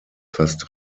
fast